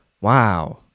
wow